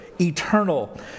eternal